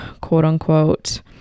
quote-unquote